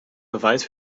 beweis